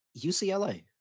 UCLA